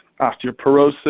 osteoporosis